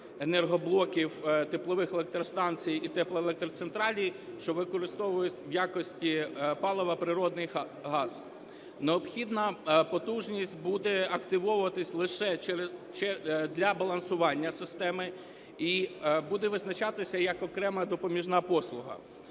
енергоблоків теплових електростанцій і теплоелектроцентралей, що використовують у якості палива природний газ. Необхідна потужність буде активовуватися лише для балансування системи і буде визначатися як окрема допоміжна послуга.